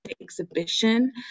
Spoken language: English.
exhibition